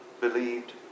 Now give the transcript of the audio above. believed